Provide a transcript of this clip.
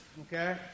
Okay